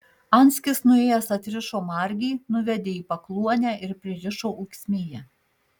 anskis nuėjęs atrišo margį nuvedė į pakluonę ir pririšo ūksmėje